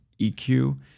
EQ